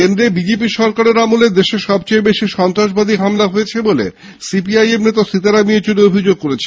কেন্দ্রে বিজেপি সরকারের আমলে দেশে সবচেয়ে বেশি সন্ত্রাসবাদী হামলা হয়েছে বলে সিপিআইএম নেতা সীতারাম ইয়েচুরি অভিযোগ করেছেন